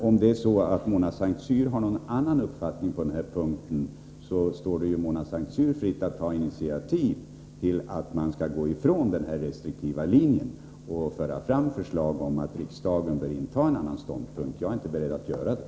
Om Mona Saint Cyr har någon annan uppfattning i sakfrågan, står det henne fritt att ta initiativ till att man skall gå ifrån den restriktiva linjen och att riksdagen bör inta en annan ståndpunkt. Jag är inte beredd att göra det.